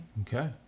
Okay